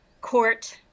court